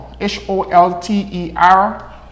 h-o-l-t-e-r